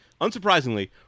Unsurprisingly